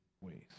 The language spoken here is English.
ways